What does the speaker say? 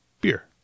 Beer